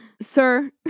sir